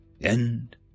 End